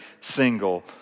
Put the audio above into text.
single